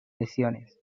lesiones